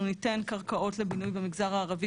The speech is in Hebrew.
אנחנו ניתן קרקעות לבינוי במגזר הערבי